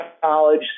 college